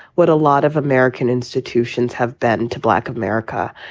what a lot of american institutions have been to black america,